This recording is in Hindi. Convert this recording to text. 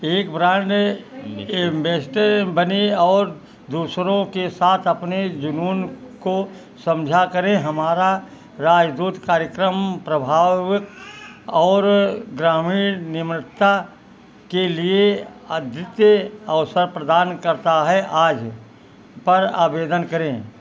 एक ब्रांड एंबेसडर बने और दूसरों के साथ अपने जुनून को समझा करें हमारा राजदूत कार्यक्रम प्रभावक और ग्रामीण निर्माता के लिए अद्वितीय अवसर प्रदान करता है आज पर आवेदन करें